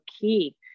key